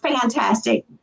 fantastic